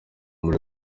muri